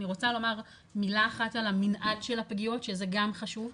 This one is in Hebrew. אני רוצה לומר מילה אחת על המנעד של הפגיעות שזה גם חשוב,